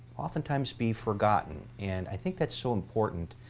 oftentimes, be forgotten. and i think that's so important.